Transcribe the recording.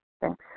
Thanks